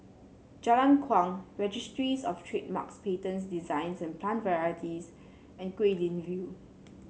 Jalan Kuang Registries Of Trademarks Patents Designs and Plant Varieties and Guilin View